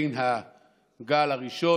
היושבת-ראש,